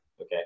Okay